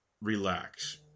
relax